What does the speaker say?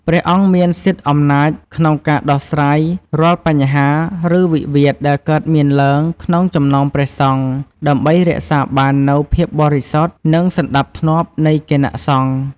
ព្រះអង្គមានសិទ្ធិអំណាចក្នុងការដោះស្រាយរាល់បញ្ហា ឬវិវាទដែលកើតមានឡើងក្នុងចំណោមព្រះសង្ឃ ដើម្បីរក្សាបាននូវភាពបរិសុទ្ធ និងសណ្ដាប់ធ្នាប់នៃគណៈសង្ឃ។